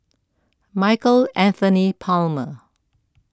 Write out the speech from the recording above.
Michael Anthony Palmer